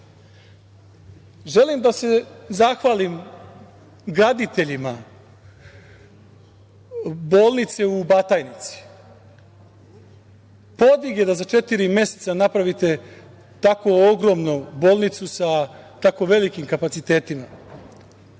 da se zahvalim graditeljima bolnice u Batajnici. Podvig je da za četiri meseca napravite tako ogromnu bolnicu sa tako velikim kapacitetima,